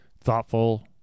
thoughtful